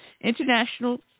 International